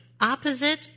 opposite